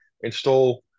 install